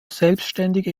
selbstständige